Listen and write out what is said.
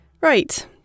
Right